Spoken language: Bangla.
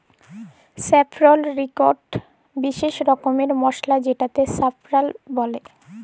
স্যাফরল ইকট বিসেস রকমের মসলা যেটাকে জাফরাল বল্যে